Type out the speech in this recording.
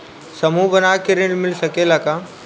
समूह बना के ऋण मिल सकेला का?